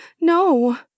no